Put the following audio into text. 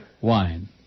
wine